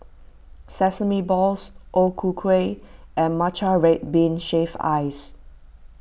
Sesame Balls O Ku Kueh and Matcha Red Bean Shaved Ice